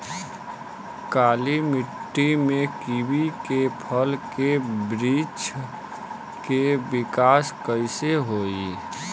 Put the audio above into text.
काली मिट्टी में कीवी के फल के बृछ के विकास कइसे होई?